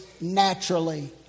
Naturally